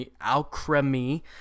Alchemy